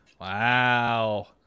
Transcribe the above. Wow